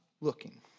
looking